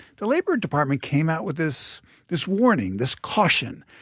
the labor department came out with this this warning, this caution,